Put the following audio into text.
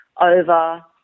over